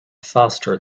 faster